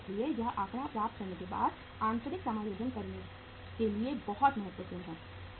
इसलिए यह आंकड़ा प्राप्त करने के बाद आंतरिक समायोजन करने के लिए बहुत महत्वपूर्ण है